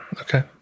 Okay